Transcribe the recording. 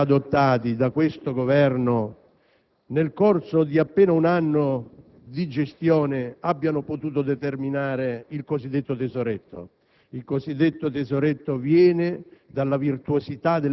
che i provvedimenti proposti e adottati da questo Governo nel corso di appena un anno di gestione abbiano potuto determinare il cosiddetto tesoretto.